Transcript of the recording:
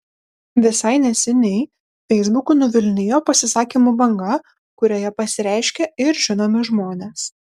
visai neseniai feisbuku nuvilnijo pasisakymų banga kurioje pasireiškė ir žinomi žmonės